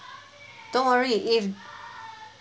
don't worry if